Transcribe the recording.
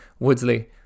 Woodsley